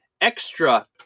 extra